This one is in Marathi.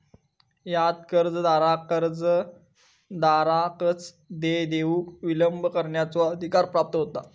ह्यात कर्जदाराक कर्जदाराकच देय देऊक विलंब करण्याचो अधिकार प्राप्त होता